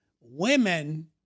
Women